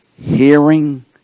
hearing